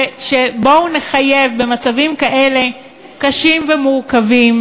ובואו נחייב שבמצבים קשים ומורכבים